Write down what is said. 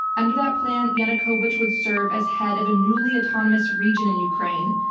under that plan, yanukovych would serve as head of a newly autonomous region in ukraine,